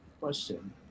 Question